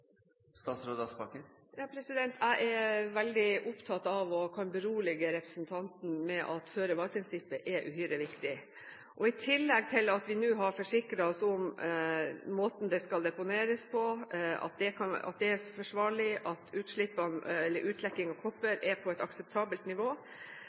Jeg er veldig opptatt av, og kan berolige representanten med, at føre-var-prinsippet er uhyre viktig. I tillegg til at vi nå har forsikret oss om måten det skal deponeres på – at det er forsvarlig, at utlekking av kobber er på et akseptabelt nivå – har jeg lyst til å si at